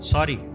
Sorry